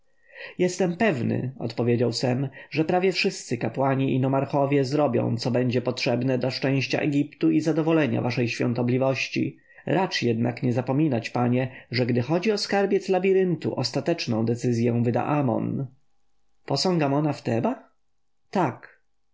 jestem pewny odpowiedział sem że prawie wszyscy kapłani i nomarchowie zrobią to co będzie potrzebne dla szczęścia egiptu i zadowolenia waszej świątobliwości racz jednak nie zapominać panie że gdy chodzi o skarbiec labiryntu ostateczną decyzję wyda amon posąg amona w tebach tak